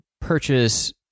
purchase